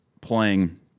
playing